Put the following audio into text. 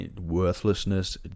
worthlessness